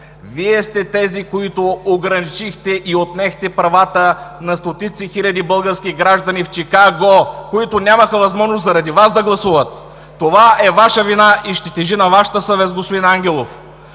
Вие сте тези, които ограничихте и отнехте правата на стотици хиляди български граждани в Чикаго, които заради Вас нямаха възможност да гласуват. Това е Ваша вина и ще тежи на Вашата съвест, господин Ангелов.